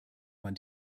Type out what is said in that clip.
man